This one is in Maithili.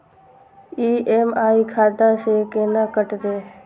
ई.एम.आई खाता से केना कटते?